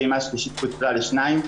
הפעימה השלישית פוצלה לשניים,